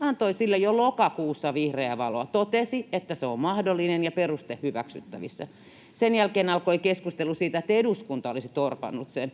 antoi sille jo lokakuussa vihreää valoa, totesi, että se on mahdollinen ja peruste hyväksyttävissä. Sen jälkeen alkoi keskustelu siitä, että eduskunta olisi torpannut sen.